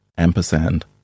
ampersand